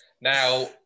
Now